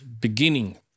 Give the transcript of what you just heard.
beginning